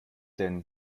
denn